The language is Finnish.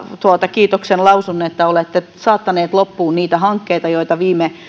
kiitoksen lausun että olette saattaneet loppuun niitä hankkeita joita viime